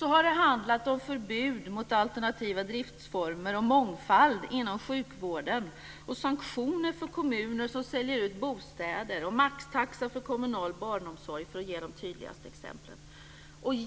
har handlat om förbud mot alternativa driftsformer och mångfald inom sjukvården, sanktioner för kommuner som säljer ut bostäder, maxtaxa för kommunal barnomsorg - för att ge de tydligaste exemplen.